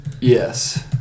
Yes